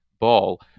ball